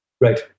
Right